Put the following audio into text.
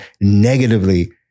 negatively